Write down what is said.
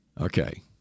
Okay